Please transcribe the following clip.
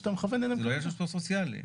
זה לא סוציאליים.